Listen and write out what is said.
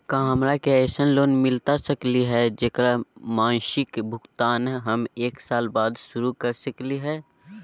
का हमरा के ऐसन लोन मिलता सकली है, जेकर मासिक भुगतान हम एक साल बाद शुरू कर सकली हई?